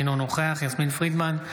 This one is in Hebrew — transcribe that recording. אינו נוכח יסמין פרידמן,